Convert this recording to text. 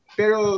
pero